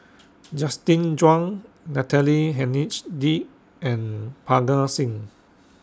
Justin Zhuang Natalie and Parga Singh